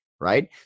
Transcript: right